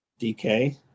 DK